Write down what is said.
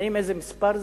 איזה מספר זה?